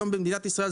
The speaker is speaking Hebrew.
היום במדינת ישראל,